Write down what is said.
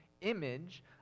image